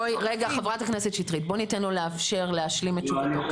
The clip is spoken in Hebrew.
ח"כ שטרית, בואי ניתן לו לאפשר להשלים את תשובתו.